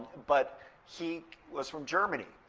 but he was from germany.